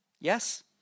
Yes